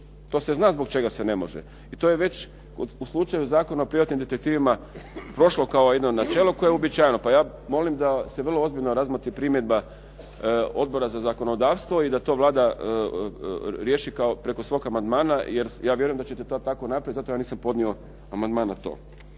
To se zna zbog čega se ne može i to je već u slučaju Zakona o privatnim detektivima prošlo kao jedno načelo koje je uobičajeno, pa ja molim da se vrlo ozbiljno razmotri primjedba Odbora za zakonodavstvo i da to Vlada riješi kao preko svog amandmana, jer ja vjerujem da ćete to tako napraviti, zato ja nisam podnio amandman na to.